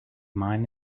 mine